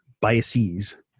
biases